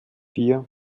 vier